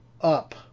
Up